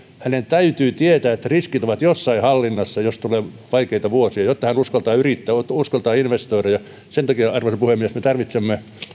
hänen täytyy tietää että riskit ovat jossain hallinnassa jos tulee vaikeita vuosia jotta hän uskaltaa yrittää uskaltaa investoida sen takia arvoisa puhemies me tarvitsemme